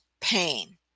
pain